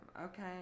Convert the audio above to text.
Okay